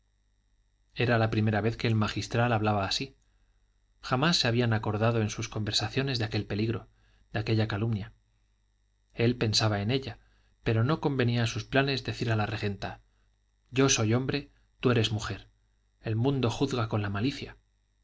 era la primera vez que el magistral hablaba así jamás se habían acordado en sus conversaciones de aquel peligro de aquella calumnia él pensaba en ella pero no convenía a sus planes decir a la regenta yo soy hombre tú eres mujer el mundo juzga con la malicia